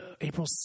April